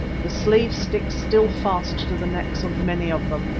the slave-sticks still fast to the necks of many of them,